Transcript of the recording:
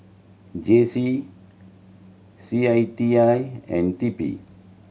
J C C I T I and T P